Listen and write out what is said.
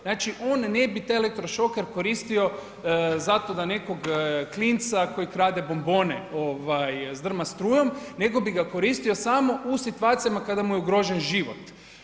Znači on ne bi taj elektrošoker koristio zato da nekog klinca koji krade bombone zdrma strujom nego bi ga koristio samo u situacijama kada mu je ugrožen život.